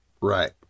Right